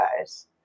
guys